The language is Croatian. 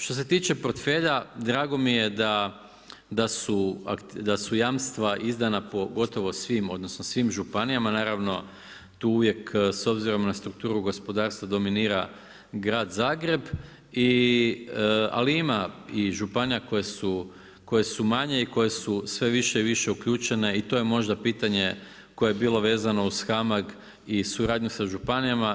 Što se tiče portfelja, drago mi je da su jamstva izdana gotovo svim, odnosno svim županijama, naravno, tu uvijek s obzirom na strukturu gospodarstva dominira grad Zagreb, ali ima i županija koje su manje i koje su sve više i više uključene i to je možda pitanje koje je bilo vezano uz HAMAG i suradnju sa županijama.